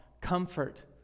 comfort